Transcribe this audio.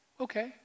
Okay